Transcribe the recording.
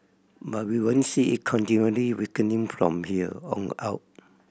but we won't see it continually weakening from here on out